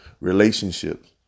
relationships